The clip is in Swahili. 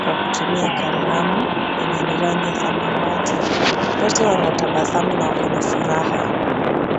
kwa kutumia kalamu yenye ni rangi ya samawati. Wote wanatabasamu wako na furaha.